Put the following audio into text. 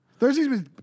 Thursday's